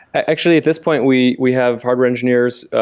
actually, at this point, we we have hardware engineers.